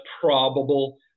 probable